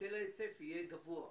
שהיטל ההיצף יהיה גבוה,